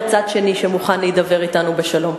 אתה לא תאהב לשמוע את זה: יותר זול לפלוש לקרקע שלא עולה כסף.